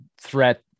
threat